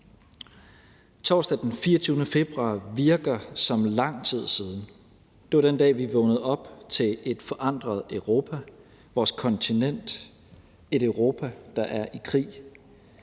Torsdag den 24. februar virker som lang tid siden. Det var den dag, vi vågnede op til et forandret Europa, vores kontinent – et Europa, der er i krig.